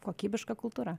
kokybiška kultūra